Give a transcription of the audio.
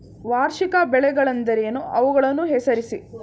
ವಾರ್ಷಿಕ ಬೆಳೆಗಳೆಂದರೇನು? ಅವುಗಳನ್ನು ಹೆಸರಿಸಿ?